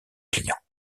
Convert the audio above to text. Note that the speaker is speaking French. clients